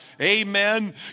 Amen